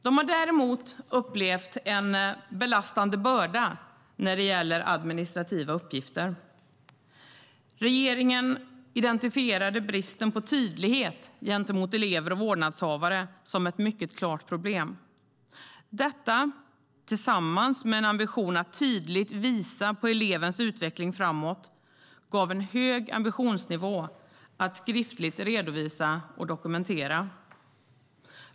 De har däremot upplevt en belastande börda när det gäller deras administrativa uppgifter. Regeringen identifierade bristen på tydlighet gentemot elever och vårdnadshavare som ett mycket klart problem. Detta, tillsammans med en ambition att tydligt visa på elevens utveckling framåt, gav en hög ambitionsnivå att skriftligt redovisa och dokumentera.